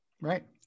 Right